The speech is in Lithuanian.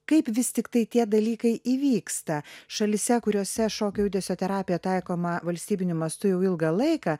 kaip vis tiktai tie dalykai įvyksta šalyse kuriose šokio judesio terapija taikoma valstybiniu mastu jau ilgą laiką